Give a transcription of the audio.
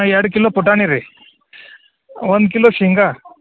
ಹಾಂ ಎರಡು ಕಿಲೋ ಪುಟಾಣಿ ರೀ ಒಂದು ಕಿಲೋ ಶೇಂಗಾ